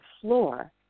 floor